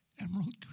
Emerald